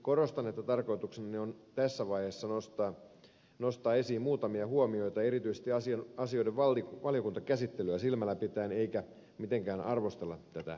korostan että tarkoituksenani on tässä vaiheessa nostaa esiin muutamia huomioita erityisesti asioiden valiokuntakäsittelyä silmälläpitäen eikä mitenkään arvostella tätä esitystä